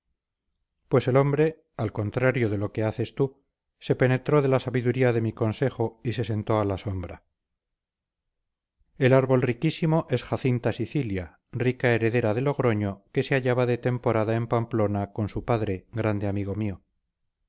pues el hombre al contrario de lo que haces tú se penetró de la sabiduría de mi consejo y se sentó a la sombra el árbol riquísimo es jacinta sicilia rica heredera de logroño que se hallaba de temporada en pamplona con su padre grande amigo mío